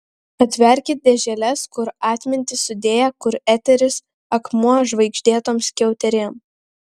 atverkit dėželes kur atmintį sudėję kur eteris akmuo žvaigždėtom skiauterėm